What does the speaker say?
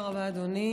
נמנעים.